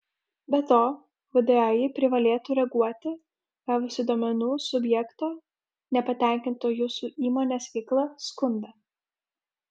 be to vdai privalėtų reaguoti gavusi duomenų subjekto nepatenkinto jūsų įmonės veikla skundą